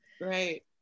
right